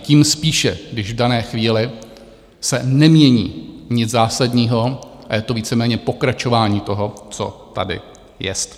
Tím spíše, když v dané chvíli se nemění nic zásadního a je to víceméně pokračování toho, co tady jest.